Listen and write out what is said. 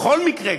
בכל מקרה,